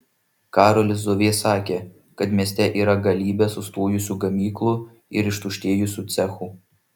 karolis zovė sakė kad mieste yra galybė sustojusių gamyklų ir ištuštėjusių cechų